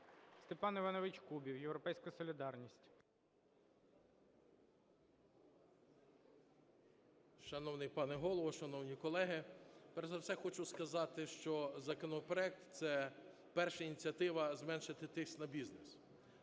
Степан Іванович Кубів, "Європейська солідарність". 13:28:05 КУБІВ С.І. Шановний пане Голово! Шановні колеги! Перш за все, хочу сказати, що законопроект – це перша ініціатива зменшити тиск на бізнес: